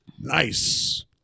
Nice